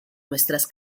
nuestras